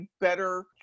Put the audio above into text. better